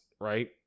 right